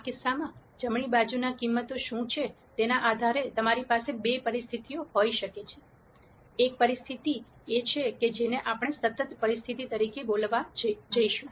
આ કિસ્સામાં જમણી બાજુની કિંમતો શું છે તેના આધારે તમારી પાસે બે પરિસ્થિતિઓ હોઈ શકે છે એક પરિસ્થિતિ એ છે કે જેને આપણે સતત પરિસ્થિતિ તરીકે બોલાવવા જઈશું